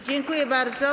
Dziękuję bardzo.